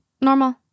Normal